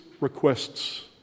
requests